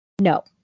No